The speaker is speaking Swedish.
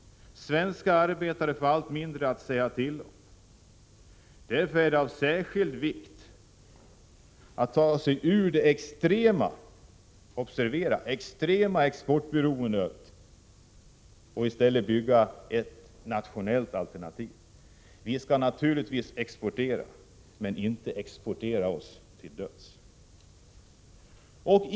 Svenska arbetare får allt mindre att säga till om. Därför är det av särskild vikt att vårt land tar sig ur det extrema exportberoendet och i stället bygger upp ett nationellt alternativ. Vi skall naturligtvis exportera, men inte exportera oss till döds.